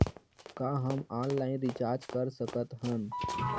का हम online recharge कर सकत हन?